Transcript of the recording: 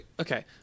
okay